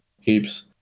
heaps